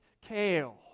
kale